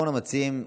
אחרון המציעים,